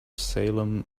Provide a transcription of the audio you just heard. salem